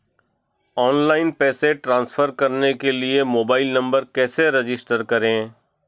Online पैसे transfer करने के लिए मोबाइल नंबर कैसे रजिस्टर करें?